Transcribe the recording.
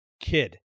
kid